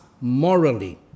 morally